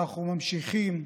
ואנחנו ממשיכים.